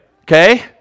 okay